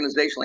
organizationally